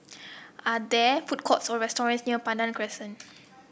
are there food courts or restaurants near Pandan Crescent